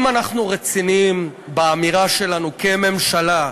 אם אנחנו רציניים באמירה שלנו כממשלה,